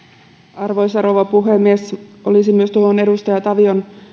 arvoisa rouva puhemies olisin myös tuohon edustaja tavion